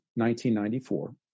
1994